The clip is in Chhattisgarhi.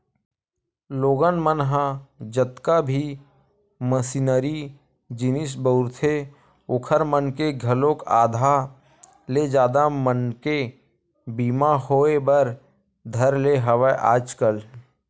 लोगन मन ह जतका भी मसीनरी जिनिस बउरथे ओखर मन के घलोक आधा ले जादा मनके बीमा होय बर धर ने हवय आजकल